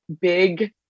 big